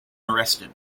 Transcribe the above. arrested